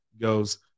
goes